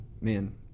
man